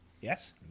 Yes